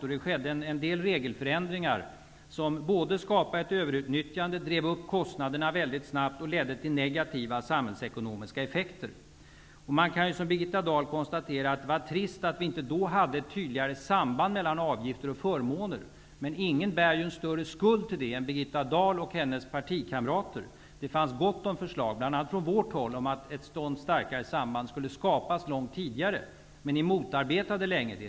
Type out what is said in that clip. Det har skett en del regelförändringar som både skapade ett överutnyttjande, drev upp kostnaderna väldigt snabbt och ledde till negativa samhällsekonomiska effekter. Man kan, som Birgitta Dahl, säga att det var trist att vi inte då hade ett tydligare samband mel lan avgifter och förmåner. Men ingen bär större skuld till det än Birgitta Dahl och hennes parti kamrater. Det fanns gott om förslag, bl.a. från vårt håll, om att ett sådant starkare samband skulle skapas långt tidigare. Men ni motarbetade det länge.